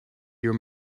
your